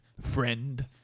friend